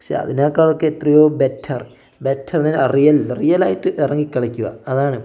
പക്ഷേ അതിനേക്കാളൊക്കെ എത്രയോ ബെറ്റർ ബെറ്റർ റിയൽ റിയലായിട്ട് ഇറങ്ങി കളിക്കുക അതാണ്